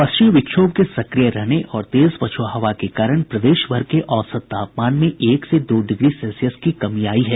पश्चिमी विक्षोभ के सक्रिय रहने और तेज पछुआ हवा के कारण प्रदेशभर के औसत तापमान में एक से दो डिग्री सेल्सियस की कमी आयी है